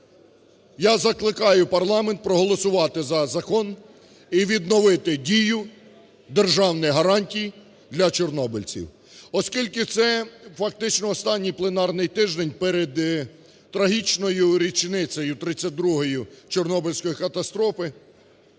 Я закликаю парламент проголосувати за закон і відновити дію державних гарантій для чорнобильців. Оскільки це, фактично, останній пленарний тиждень перед трагічною річницею, 32-ю, Чорнобильської катастрофи,